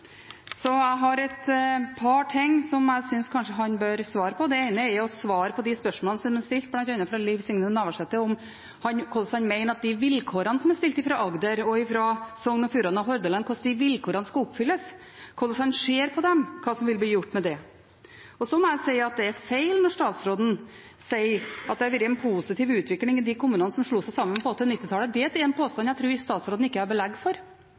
så jeg har et par ting som jeg synes han kanskje bør svare på. Det ene er de spørsmålene som er stilt bl.a. av Liv Signe Navarsete, om hvordan han mener at de vilkårene som er stilt fra Agder og fra Sogn og Fjordane og Hordaland, skal oppfylles. Hvordan ser han på dem, og hva vil bli gjort med det? Og så må jeg si at det er feil når statsråden sier at det har vært en positiv utvikling i de kommunene som slo seg sammen på 1980- og 1990-tallet. Det er en påstand jeg tror statsråden ikke har belegg for.